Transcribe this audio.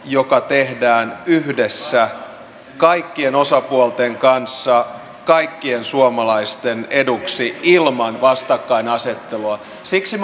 joka tehdään yhdessä kaikkien osapuolten kanssa kaikkien suomalaisten eduksi ilman vastakkainasettelua siksi